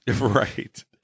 Right